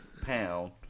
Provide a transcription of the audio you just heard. Pound